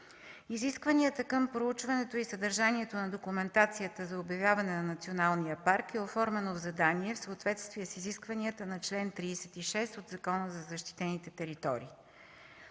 Изискванията към проучването и съдържанието на документацията за обявяване на националния парк е оформена в задание в съответствие с изискванията на чл. 36 от Закона за защитените територии.